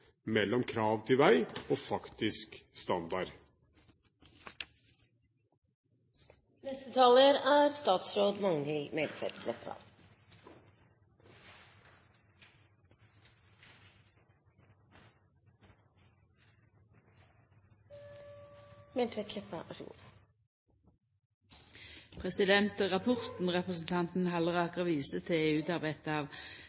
mellom krav til vei og faktisk standard. Rapporten representanten Halleraker viser til, er utarbeidd av